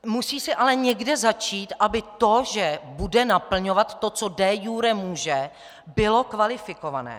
Musí se ale někde začít, aby to, že bude naplňovat to, co de iure může, bylo kvalifikované.